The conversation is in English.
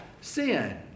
sin